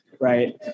Right